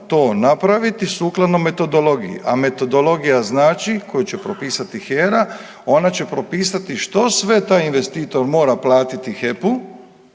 to napraviti sukladno metodologiji, a metodologija znači koju će propisa HER-a, ona će propisati što sve taj investitor mora platiti HEP